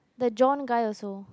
then Jon guy also